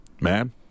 Man